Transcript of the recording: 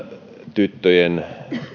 tyttöjen